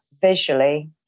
visually